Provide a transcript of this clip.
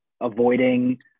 avoiding